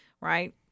Right